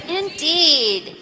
indeed